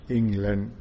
England